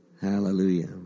Hallelujah